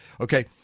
Okay